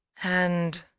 and,